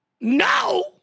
no